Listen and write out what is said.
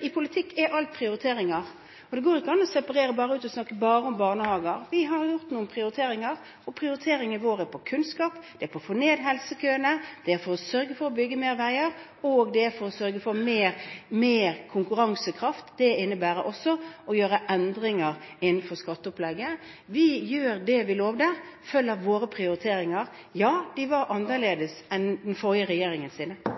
I politikk er alt prioriteringer. Det går ikke an å separere ut og snakke bare om barnehager. Vi har gjort noen prioriteringer, og prioriteringene våre er på kunnskapsområdet, det er å få ned helsekøene, det er å sørge for å bygge flere veier, og det er å sørge for å få mer konkurransekraft. Det innebærer også å gjøre endringer innenfor skatteopplegget. Vi gjør det vi lovet. Vi følger våre prioriteringer. Ja, de er annerledes enn den forrige